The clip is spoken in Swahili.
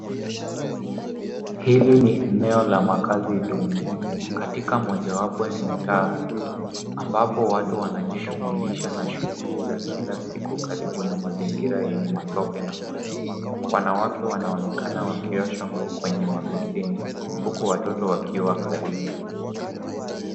Hili ni eneo la makazi duni katika eneo la mitaa ambao watu wanajishughulisha na shughuli za kila siku karibu na mazingira yenye matope na maji. Wanawake wanaonekana wakiosha nguo kwenye mabeseni huku watoto wakiwa karibu.